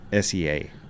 SEA